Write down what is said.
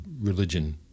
religion